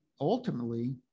ultimately